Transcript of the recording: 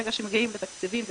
ברגע שמגיעים לתקציבים זה